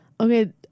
Okay